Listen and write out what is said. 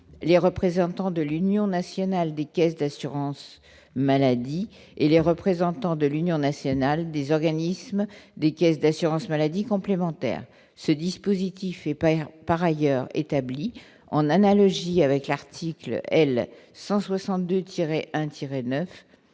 les représentants de l'Union nationale des caisses d'assurance-maladie et les représentants de l'Union nationale des organismes, des caisses d'assurance maladie complémentaire, ce dispositif est pas par ailleurs établi en analogie avec l'article L 162